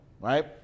Right